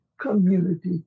Community